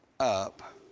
up